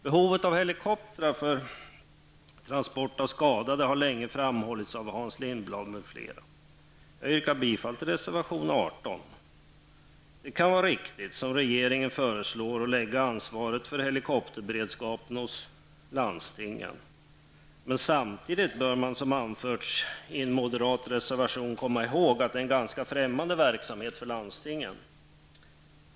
Behovet av helikoptrar för transporter av skadade har länge framhållits av t.ex. Hans Lindblad. Jag yrkar bifall till reservation 18. Det kan vara riktigt, som regeringen föreslår, att lägga ansvaret för helikopterberedskapen på landstingen. Men samtidigt bör man, som moderaterna anför i en reservation, komma ihåg att den här verksamheten är ganska främmande för landstingen.